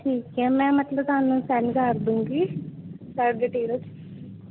ਠੀਕ ਹੈ ਮੈਂ ਮਤਲਬ ਤੁਹਾਨੂੰ ਸੈਂਡ ਕਰ ਦੂਗੀ ਸਾਰੀ ਡਿਟੇਲ